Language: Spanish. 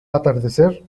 atardecer